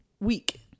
week